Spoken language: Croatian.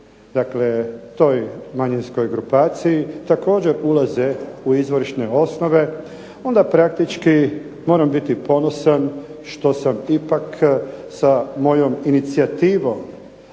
dakle toj manjinskoj grupaciji također ulaze u izvorišne osnove onda praktički moram biti ponosan što sam ipak sa mojom inicijativom